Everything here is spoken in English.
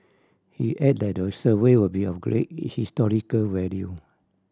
he added that the survey would be of great his historical value